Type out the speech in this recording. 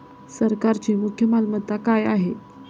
सरकारची मुख्य मालमत्ता काय आहे?